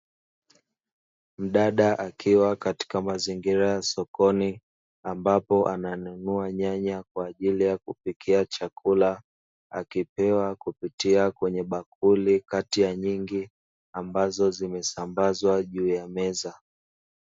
Mdada akiwa katika mazingira ya sokoni, ambapo ananunua nyanya kwa ajili ya kupikia chakula akipewa kupitia kwenye bakuli kati ya nyingi ambazo zimesambazwa juu yameza.